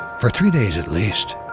for three days at least,